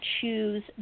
choose